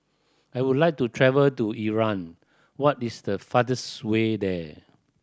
I would like to travel to Iran what is the fastest way there